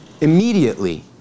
immediately